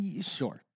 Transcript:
sure